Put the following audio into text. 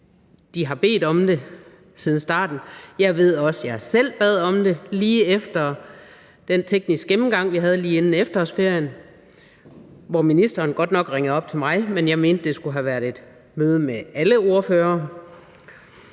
de har bedt om det siden starten. Jeg ved også, jeg selv bad om det, lige efter den tekniske gennemgang, vi havde lige inden efterårsferien, hvor ministeren godt nok ringede op til mig, men jeg mente, det skulle have været et møde med alle ordførere.